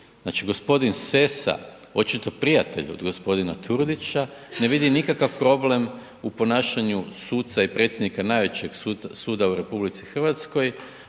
g. Sesa, očito prijatelj od g. Turudića ne vidi nikakav problem u ponašanju suca i predsjednika najvećeg suda u RH na način na koji